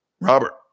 Robert